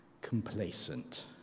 complacent